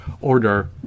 order